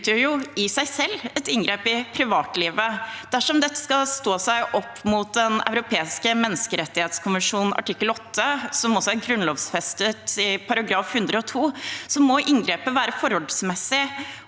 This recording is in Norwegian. utgjør i seg selv et inngrep i privatlivet. Dersom dette skal stå seg mot Den europeiske menneskerettskonvensjons artikkel 8, som også er grunnlovfestet i § 102, må inngrepet være forholdsmessig.